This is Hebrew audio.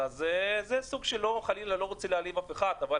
אני לא רוצה חלילה להעליב אף אחד, אבל